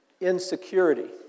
insecurity